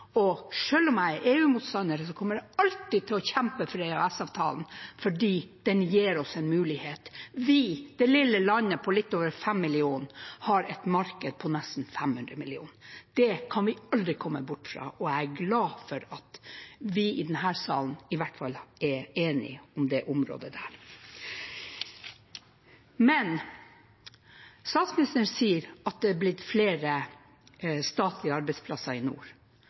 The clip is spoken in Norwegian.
om jeg er EU-motstander, kommer jeg alltid til å kjempe for EØS-avtalen, fordi den gir oss en mulighet. Vi, det lille landet på litt over 5 millioner, har et marked på nesten 500 millioner. Det kan vi aldri komme bort fra, og jeg er glad for at vi i denne salen i hvert fall er enige om det området der. Statsministeren sier at det er blitt flere statlige arbeidsplasser i nord.